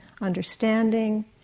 understanding